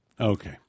okay